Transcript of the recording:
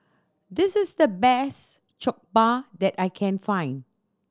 this is the best Jokbal that I can find